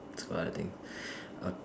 what I think uh